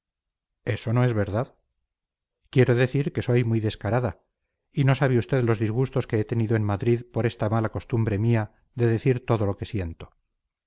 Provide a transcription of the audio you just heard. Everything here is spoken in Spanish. eso no es verdad quiero decir que soy muy descarada y no sabe usted los disgustos que he tenido en madrid por esta mala costumbre mía de decir todo lo que siento